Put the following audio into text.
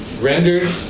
rendered